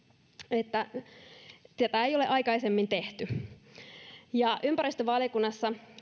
että tätä ei ole aikaisemmin tehty ympäristövaliokunnassa